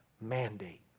mandate